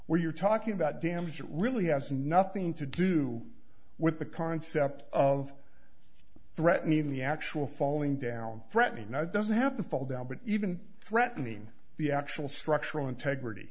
where you're talking about damage it really has nothing to do with the concept of threatening the actual falling down threatening no it doesn't have the full down but even threatening the actual